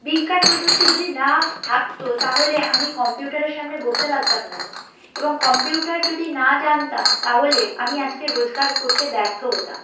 বিজ্ঞান প্রযুক্তি যদি না থাকত তাহলে আমি কম্পিউটারের সামনে বসতে পারতাম না এবং কম্পিউটার যদি না জানতাম তাহলে আমি আজকে রোজগার করতে ব্যর্থ হতাম